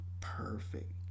perfect